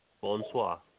Bonsoir